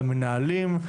למנהלים,